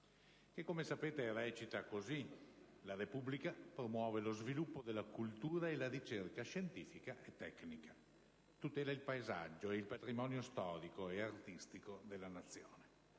che, come è noto, recita: «La Repubblica promuove lo sviluppo della cultura e la ricerca scientifica e tecnica. Tutela il paesaggio storico e artistico della Nazione».